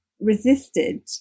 resisted